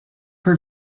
per